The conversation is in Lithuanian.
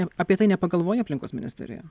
apie tai nepagalvoja aplinkos ministerija